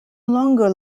longer